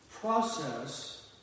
process